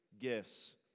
gifts